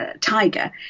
Tiger